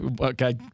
Okay